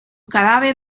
cadáver